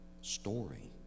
story